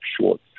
short